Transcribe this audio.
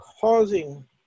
causing